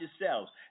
yourselves